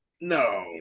no